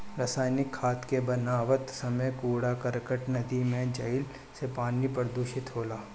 रासायनिक खाद के बनावत समय कूड़ा करकट नदी में जईला से पानी प्रदूषित होला